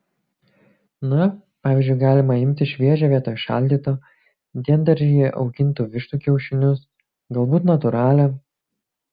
na pavyzdžiui galima imti šviežią vietoj šaldyto diendaržyje augintų vištų kiaušinius galbūt natūralią